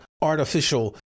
artificial